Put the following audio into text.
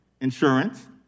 insurance